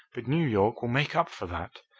but new york will make up for that.